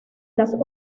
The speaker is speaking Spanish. las